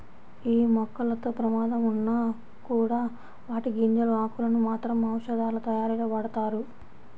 యీ మొక్కలతో ప్రమాదం ఉన్నా కూడా వాటి గింజలు, ఆకులను మాత్రం ఔషధాలతయారీలో వాడతారు